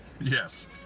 yes